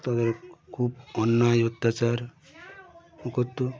তাদের খুব অন্যায় অত্যাচার করত